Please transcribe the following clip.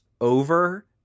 over